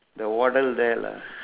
the water there lah